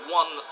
one